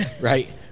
Right